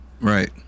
right